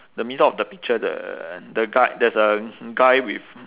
the middle of the picture the the guy there's a guy with